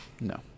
No